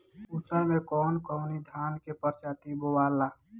उसर मै कवन कवनि धान के प्रजाति बोआला?